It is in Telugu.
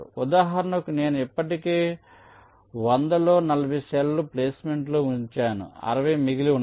ఉదాహరణకు నేను ఇప్పటికే 100 లో 40 సెల్ లు ప్లేస్మెంట్ లో ఉంచ్తాను 60 మిగిలి ఉన్నాయి